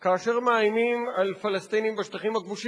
כאשר מאיימים על פלסטינים בשטחים הכבושים,